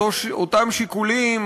אותם שיקולים,